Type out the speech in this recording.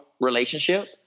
relationship